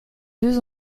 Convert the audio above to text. deux